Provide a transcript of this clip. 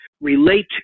relate